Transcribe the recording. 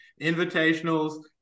invitationals